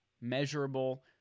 measurable